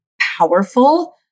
powerful